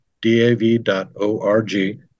DAV.org